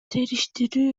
териштирүү